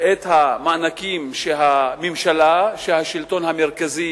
את המענקים שהשלטון המרכזי,